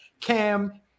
Cam